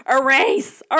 Erase